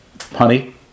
honey